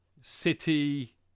City